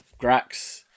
Grax